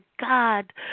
God